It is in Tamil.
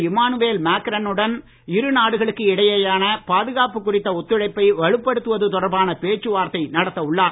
இமானுவேல் மக்ரனுடன் இரு நாடுகளுக்கு இடையேயான பாதுகாப்பு குறித்த ஒத்துழைப்பை வலுப்படுத்துவது தொடர்பான பேச்சுவார்த்தை நடத்த உள்ளார்